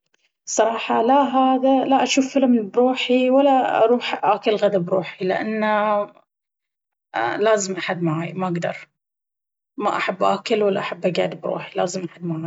الصراحة لا لا أجوف فيلم بروحي ولا أروح آكل غدا بروحي لأن لازم أحد معاي ما أقدر ما احب آكل ولا أحب أقعد بروحي لازم أحد معاي.